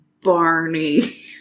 Barney